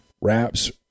wraps